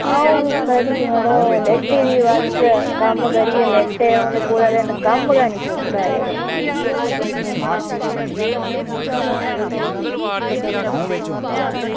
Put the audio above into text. अंऊ खरी मड़ो लेटी दी बस कम्म करियै लेटे दे न पूरे दिन कम्म निं छुड़दा ऐ मड़ो